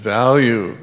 value